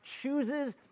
chooses